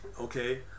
okay